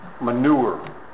manure